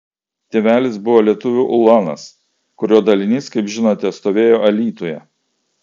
tėvelis buvo lietuvių ulonas kurio dalinys kaip žinote stovėjo alytuje